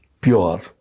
pure